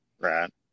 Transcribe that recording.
Right